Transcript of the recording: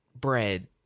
bread